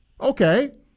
Okay